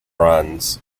runs